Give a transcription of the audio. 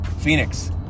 Phoenix